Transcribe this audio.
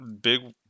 big